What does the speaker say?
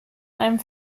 einem